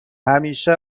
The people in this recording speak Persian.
همیشه